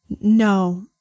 No